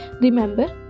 Remember